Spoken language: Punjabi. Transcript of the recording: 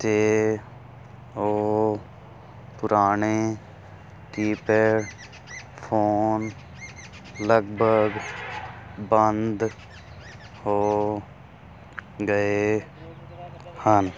ਅਤੇ ਉਹ ਪੁਰਾਣੇ ਕੀਪੈਡ ਫੋਨ ਲਗਭਗ ਬੰਦ ਹੋ ਗਏ ਹਨ